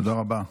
תודה רבה.